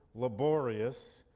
laborious,